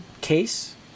case